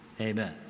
Amen